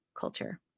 culture